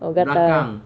oh gatal